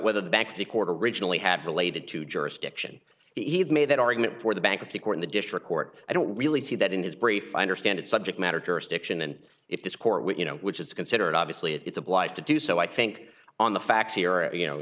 whether the back to court originally had related to jurisdiction he had made that argument before the bankruptcy court the district court i don't really see that in his brief i understand it's subject matter jurisdiction and if this court which you know which is considered obviously it's obliged to do so i think on the facts here you know